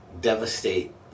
devastate